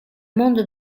mondo